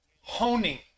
Honing